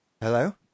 Hello